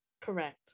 correct